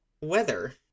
weather